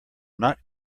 not